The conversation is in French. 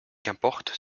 qu’importe